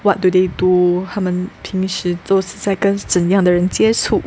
what do they do 他们平时都是在跟怎样的人接触